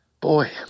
Boy